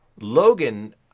Logan